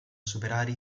superare